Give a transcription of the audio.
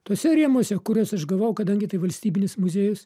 tuose rėmuose kuriuos aš gavau kadangi tai valstybinis muziejus